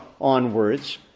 onwards